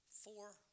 four